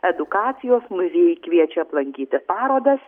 edukacijos muziejai kviečia aplankyti parodas